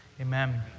amen